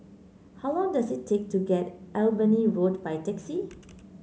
how long does it take to get Allenby Road by taxi